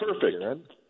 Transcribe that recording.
perfect